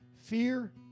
Fear